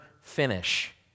finish